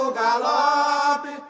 galope